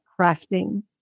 crafting